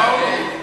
גמרנו.